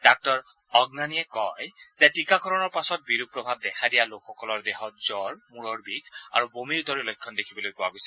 ডাঃ অগ্নানিয়ে কয় যে টীকাকৰণৰ পাছত বিৰূপ প্ৰভাৱ দেখা দিয়া লোকসকলৰ দেহত জ্বৰ মূৰৰ বিষ আৰু বমিৰ দৰে লক্ষণ দেখিবলৈ পোৱা গৈছে